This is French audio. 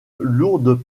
lourdes